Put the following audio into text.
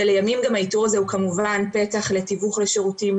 ולימים גם האיתור הזה הוא כמובן פתח לתיווך לשירותים,